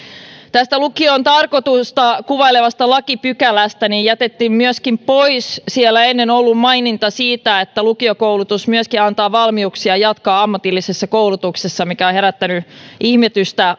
lukion tarkoitusta kuvailevasta lakipykälästä jätettiin myöskin pois siellä ennen ollut maininta siitä että lukiokoulutus antaa valmiuksia jatkaa ammatillisessa koulutuksessa mikä on herättänyt ihmetystä